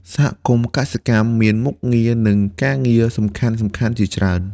សហគមន៍កសិកម្មមានមុខងារនិងការងារសំខាន់ៗជាច្រើន។